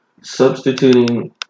substituting